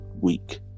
week